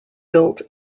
built